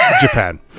Japan